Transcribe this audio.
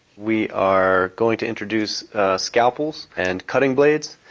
we are going to introduce scalpels and cutting blades.